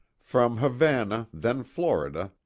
from havana, then florida,